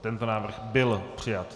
Tento návrh byl přijat.